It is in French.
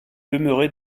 demeurer